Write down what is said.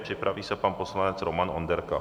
Připraví se pan poslanec Roman Onderka.